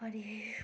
अनि